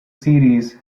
series